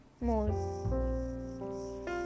more